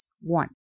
One